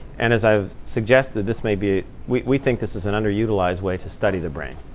and as i've suggested, this may be we think this is an underutilized way to study the brain.